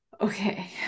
okay